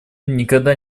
никогда